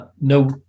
No